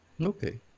Okay